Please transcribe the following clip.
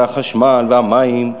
והחשמל והמים,